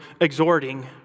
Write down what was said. exhorting